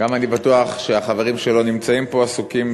גם אני בטוח שהחברים שלא נמצאים פה עסוקים